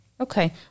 Okay